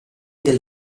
del